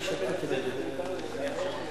תשאל אותי,